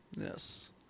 Yes